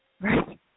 Right